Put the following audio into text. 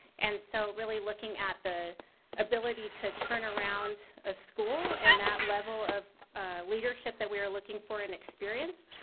and so really looking at the ability to turn around a school and that level of leadership that we were looking for and experience,